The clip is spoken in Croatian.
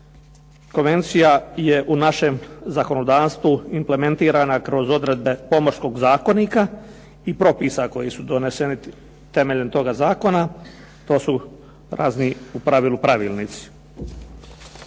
Konvencija je u našem zakonodavstvu implementirana kod odredbe Pomorskog zakonika i propisa koji su doneseni temeljem toga zakona. To su razni u pravilu pravilnici.